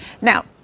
now